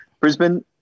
Brisbane